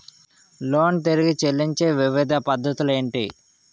Loan తిరిగి చెల్లించే వివిధ పద్ధతులు ఏంటి?